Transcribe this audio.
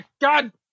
God